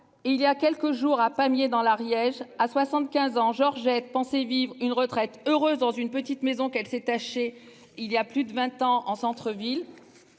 il y a quelques jours à Pamiers dans l'Ariège. À 75 ans, Georgette pensé vivre une retraite heureuse dans une petite maison qu'elle s'est haché il y a plus de 20 ans en centre-ville.